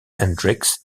hendrix